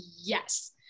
yes